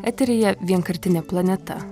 eteryje vienkartinė planeta